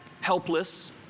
helpless